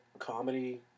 comedy